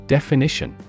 Definition